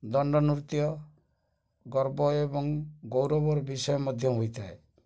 ଦଣ୍ଡ ନୃତ୍ୟ ଗର୍ବ ଏବଂ ଗୌରବର ବିଷୟ ମଧ୍ୟ ହୋଇଥାଏ